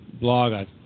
blog